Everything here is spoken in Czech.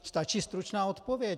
Stačí stručná odpověď!